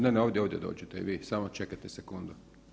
Ne, ne, ovdje, ovdje dođite i vi, samo čekajte sekundu.